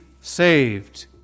saved